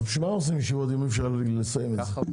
אז בשביל מה עושים ישיבות אם אי אפשר לסיים את זה?